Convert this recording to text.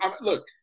Look